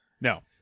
No